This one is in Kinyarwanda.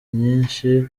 nyinshi